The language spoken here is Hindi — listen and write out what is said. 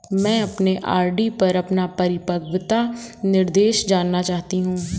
मैं अपने आर.डी पर अपना परिपक्वता निर्देश जानना चाहती हूँ